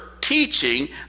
teaching